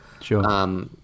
Sure